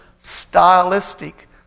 stylistic